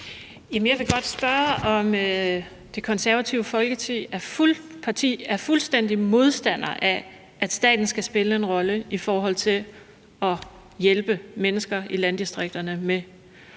jeg vil godt spørge, om Det Konservative Folkeparti er fuldstændig modstander af, at staten skal spille en rolle i forhold til at hjælpe mennesker i landdistrikterne med